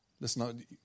listen